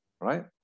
right